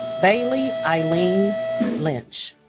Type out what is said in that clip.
bailey elaine lynch